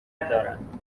دارند